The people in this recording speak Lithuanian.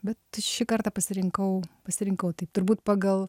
bet šį kartą pasirinkau pasirinkau taip turbūt pagal